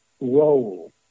role